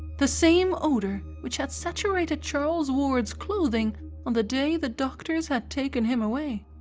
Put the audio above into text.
the same odour which had saturated charles ward's clothing on the day the doctors had taken him away.